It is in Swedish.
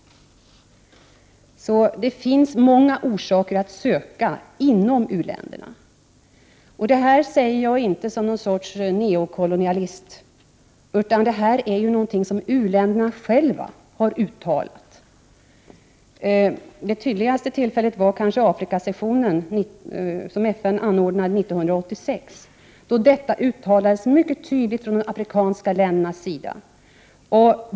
Det finns således många orsaker att söka inom u-länderna. Det här säger jag inte som någon sorts neokolonialist, utan det är någonting som u-länderna själva har uttalat. Vid Afrikasessionen som FN anordnade 1986 uttalades detta mycket tydligt från de afrikanska ländernas sida.